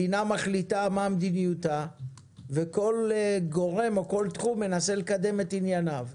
מדינה מחליטה מה מדיניותה וכל גורם או כל תחום מנסה לקדם את ענייניו.